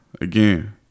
again